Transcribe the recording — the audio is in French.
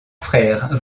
frère